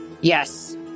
Yes